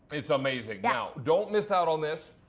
it's amazing. now, don't miss out on this.